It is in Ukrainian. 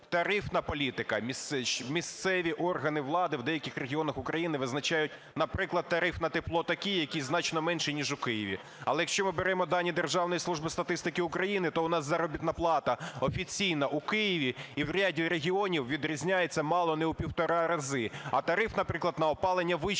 тарифна політика. Місцеві органи влади в деяких регіонах України визначають, наприклад, тарифи на тепло такі, які значно менші ніж у Києві. Але якщо ми беремо дані Державної служби статистики України, то у нас заробітна плата офіційна у Києві і в ряді регіонів відрізняється мало не у півтора рази. А тариф, наприклад, на опалення вищий